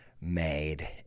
made